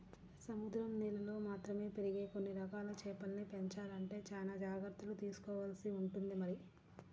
సముద్రం నీళ్ళల్లో మాత్రమే పెరిగే కొన్ని రకాల చేపల్ని పెంచాలంటే చానా జాగర్తలు తీసుకోవాల్సి ఉంటుంది మరి